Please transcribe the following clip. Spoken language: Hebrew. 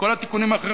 כל התיקונים האחרים,